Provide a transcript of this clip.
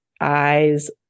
eyes